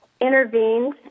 intervened